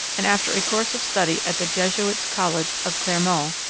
and, after a course of study at the jesuits' college of clermont,